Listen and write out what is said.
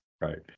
Right